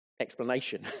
explanation